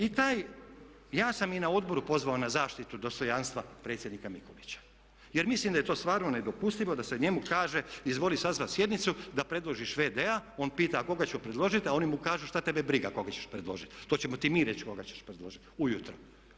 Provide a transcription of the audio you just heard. I taj, ja sam i na odboru pozvao na zaštitu dostojanstva predsjednika Mikulića jer mislim da je to stvarno nedopustivo da se njemu kaže izvoli sazvati sjednicu da predložiš v.d-a, on pita a koga ću predložiti a oni mu kažu šta tebe briga koga ćeš predložiti, to ćemo ti mi reći koga ćeš predložiti ujutro.